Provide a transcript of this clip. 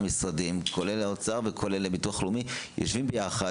משרדים כולל האוצר וכולל ביטוח לאומי יושבים ביחד,